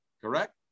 correct